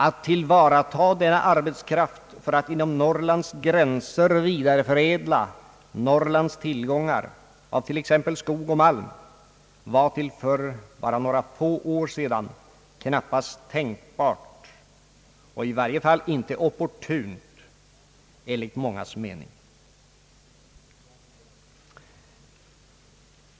Att tillvarata denna arbetskraft för att inom Norrlands gränser vidareförädla Norrlands tillgångar av t.ex. skog och malm var till för bara några få år sedan knappast tänkbart och i varje fall inte opportunt enligt mångas mening.